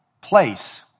place